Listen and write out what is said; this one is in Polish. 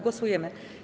Głosujemy.